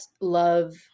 Love